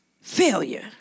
failure